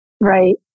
right